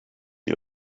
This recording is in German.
ihr